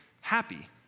happy